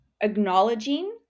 Acknowledging